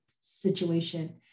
situation